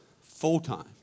full-time